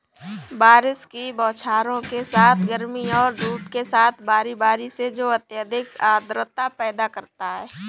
बारिश की बौछारों के साथ गर्मी और धूप के साथ बारी बारी से जो अत्यधिक आर्द्रता पैदा करता है